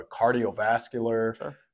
cardiovascular